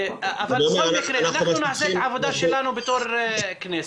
אבל בכל מקרה אנחנו נעשה את העבודה שלנו בתור כנסת.